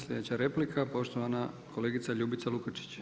Sljedeća replika, poštovana kolegica Ljubica Lukačić.